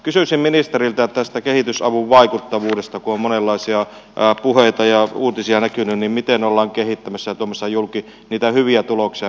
kysyisin ministeriltä tästä kehitysavun vaikuttavuudesta kun on monenlaisia puheita ja uutisia näkynyt miten ollaan kehittämässä ja tuomassa julki niitä hyviä tuloksia mitä siellä on saatu aikaan